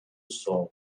sol